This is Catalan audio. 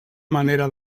manera